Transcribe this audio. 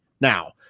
now